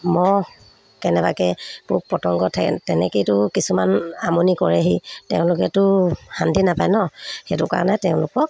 মহ কেনেবাকে পোক পতংগ তেনেকেইতো কিছুমান আমনি কৰেহি তেওঁলোকেতো শান্তি নাপায় ন সেইটো কাৰণে তেওঁলোকক